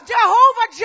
Jehovah